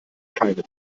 keine